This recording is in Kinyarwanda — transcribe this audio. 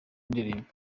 ndirimbo